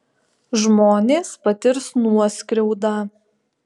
žmonės patirs nuoskriaudą